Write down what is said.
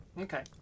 Okay